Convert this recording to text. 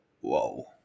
whoa